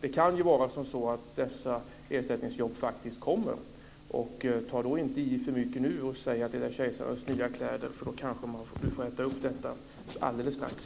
Det kan ju vara som så att dessa ersättningsjobb faktiskt kommer. Ta då inte i för mycket nu och tala om kejsarens nya kläder. Då kanske han får äta upp detta snart.